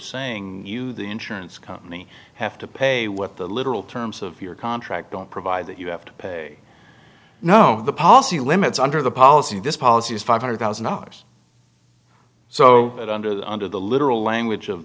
saying the insurance company have to pay what the literal terms of your contract don't provide that you have to pay no the policy limits under the policy this policy is five hundred thousand dollars so that under the under the literal language of